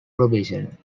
probation